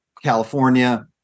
California